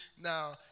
Now